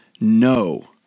No